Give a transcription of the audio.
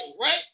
right